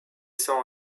sans